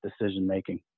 decision-making